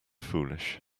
foolish